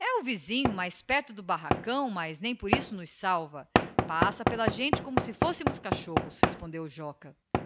e o vizinho mais perto do barracão mas nem por isso nos salva passa pela gente como si fossemos cachorros respondeu joca